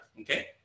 okay